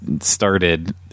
started